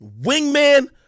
wingman